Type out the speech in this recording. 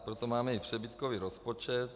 Proto máme i přebytkový rozpočet.